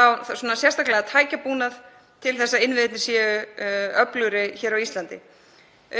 að styrkja sérstaklega tækjabúnað til að innviðirnir séu öflugri hér á Íslandi.